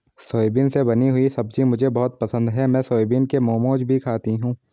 soybean से बनी हुई सब्जी मुझे बहुत पसंद है मैं सोयाबीन के मोमोज भी खाती हूं